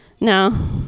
No